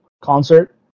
concert